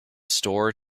store